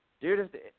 Dude